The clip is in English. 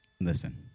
Listen